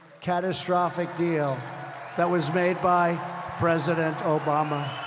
catastrophic deal that was made by president obama.